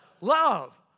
Love